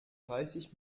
dreißig